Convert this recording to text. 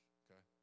okay